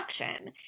production